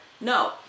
No